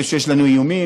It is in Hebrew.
אני חושב שיש לנו איומים,